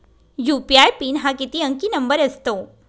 UPI PIN हा किती अंकी नंबर असतो?